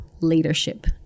leadership